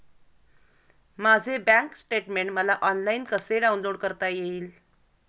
माझे bank statement मला online कसे डाउनलोड करता येईल?